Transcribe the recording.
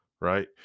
right